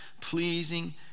pleasing